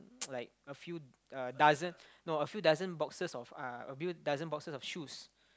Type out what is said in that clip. like a few uh dozens no a few dozen boxes of uh a few dozen boxes of shoes